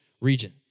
region